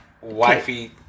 wifey